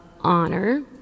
honor